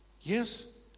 Yes